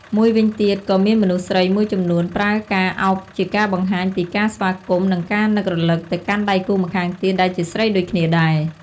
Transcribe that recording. មួយវិញទៀត ក៏មានមនុស្សស្រីមួយចំនួនប្រើការឱបជាការបង្ហាញពីការស្វាគមន៍ និងការនឹករឭកទៅកាន់ដៃគូម្ខាងទៀតដែលជាស្រីដូចគ្នាដែរ។